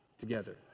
together